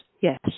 yes